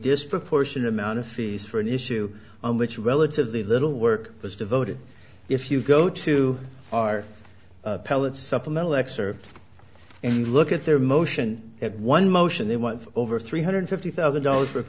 disproportionate amount of fees for an issue on which relatively little work was devoted if you go to our pellets supplemental excerpt and look at their motion at one motion they want over three hundred fifty thousand dollars worth